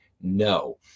no